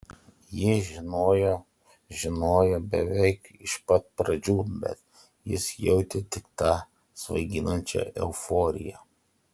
ji žinojo žinojo beveik iš pat pradžių bet jis jautė tik tą svaiginančią euforiją